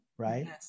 Right